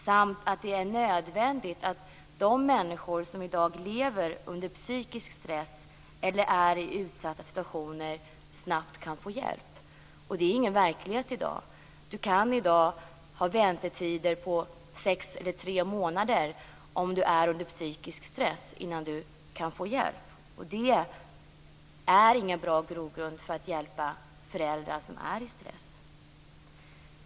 Det är också nödvändigt att de människor som i dag lever under psykisk stress eller befinner sig i en utsatt situation snabbt kan få hjälp. Det är ingen verklighet i dag. Människor som är under psykisk stress kan i dag få vänta 3-6 månader innan de får hjälp. Det är ingen bra grund för att hjälpa föräldrar som är under stress.